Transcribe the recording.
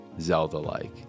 Zelda-like